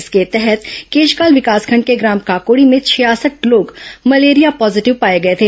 इसके तहत केशकाल विकासखंड के ग्राम काकोड़ी में छियासठ लोग मलेरिया पॉजिटिव पाए गए थे